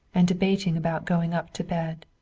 and debating about going up to bed.